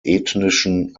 ethnischen